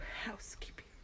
housekeeping